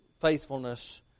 faithfulness